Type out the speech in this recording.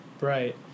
right